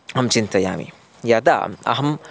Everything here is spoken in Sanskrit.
अहं चिन्तयामि यदा अहं